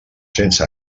sense